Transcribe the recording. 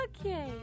Okay